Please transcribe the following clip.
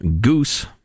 Goose